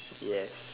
yes